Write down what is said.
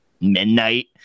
midnight